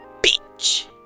Bitch